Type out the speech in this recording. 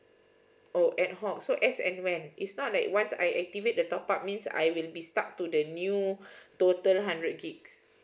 oh ad hoc so as and when it's not like once I activate the top up means I will be stuck to the new total hundred gits